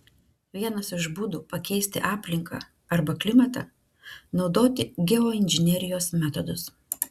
vienas iš būdų pakeisti aplinką arba klimatą naudoti geoinžinerijos metodus